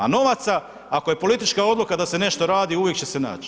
A novaca ako je politička odluka da se nešto radi uvijek će se naći.